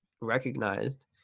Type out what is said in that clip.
recognized